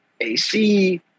AC